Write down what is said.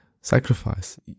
sacrifice